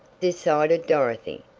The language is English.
decided dorothy,